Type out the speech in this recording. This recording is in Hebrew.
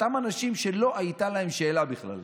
אותם אנשים שלא הייתה להם שאלה בכלל,